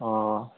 अ